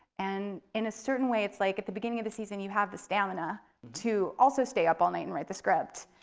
and in a certain way it's like at the beginning of the season you have the stamina to also stay up all night and write the script.